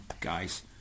guys